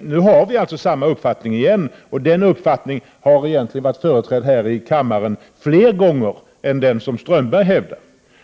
Nu har vi samma uppfattning igen, och den har varit företrädd här i kammaren fler gånger än vad Strömberg hävdar.